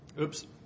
Oops